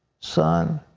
son,